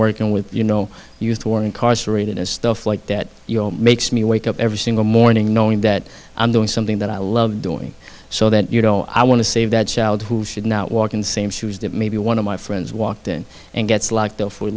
working with you know used for incarcerated and stuff like that you know makes me wake up every single morning knowing that i'm doing something that i love doing so that you know i want to save that child who should not walk in the same shoes that maybe one of my friends walked in and gets locked up for